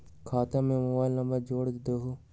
खाता में mobile number जोड़ दहु?